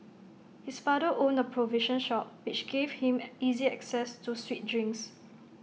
his father owned A provision shop which gave him easy access to sweet drinks